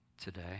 today